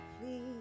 please